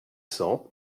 cents